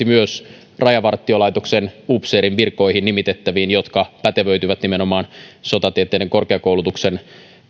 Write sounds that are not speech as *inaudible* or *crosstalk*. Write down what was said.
*unintelligible* myös rajavartiolaitoksen upseerin virkoihin nimitettäviin jotka pätevöityvät nimenomaan sotatieteiden korkeakoulutuksen